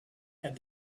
had